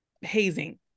hazing